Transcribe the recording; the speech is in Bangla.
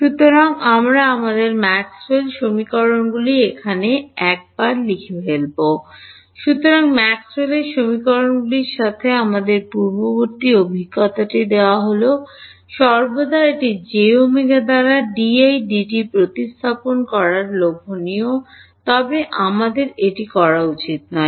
সুতরাং আমরা আমাদের ম্যাক্সওয়েলেরMaxwell's সমীকরণগুলি এখানে একবার লিখে ফেলব সুতরাং ম্যাক্সওয়েলের সমীকরণগুলির সাথে আমাদের পূর্ববর্তী অভিজ্ঞতাটি দেওয়া হল সর্বদা একটি jw দ্বারা dl dt প্রতিস্থাপন করার লোভনীয় তবে আমাদের এটি করা উচিত নয়